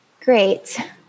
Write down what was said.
great